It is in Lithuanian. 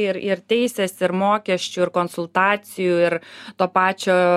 ir ir teisės ir mokesčių ir konsultacijų ir to pačio